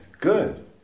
good